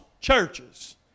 churches